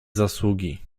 zasługi